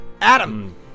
Adam